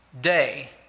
day